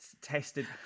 tested